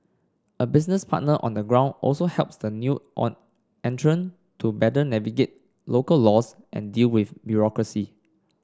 a business partner on the ground also helps the new entrant to better navigate local laws and deal with bureaucracy